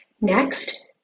Next